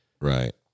Right